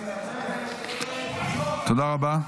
תודה רבה.